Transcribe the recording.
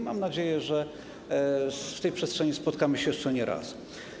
Mam nadzieję, że w tej przestrzeni spotkamy się jeszcze nie raz.